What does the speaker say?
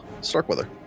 Starkweather